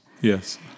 Yes